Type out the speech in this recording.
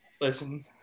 Listen